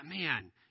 man